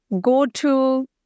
go-to